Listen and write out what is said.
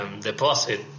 deposit